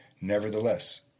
Nevertheless